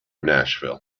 nashville